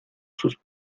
sus